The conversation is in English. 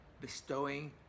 bestowing